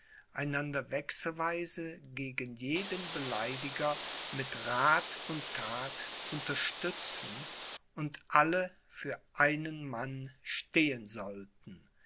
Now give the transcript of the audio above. einander wechselsweise gegen jeden beleidiger mit rath und that unterstützen und alle für einen mann stehen sollten